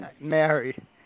Married